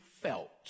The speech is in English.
felt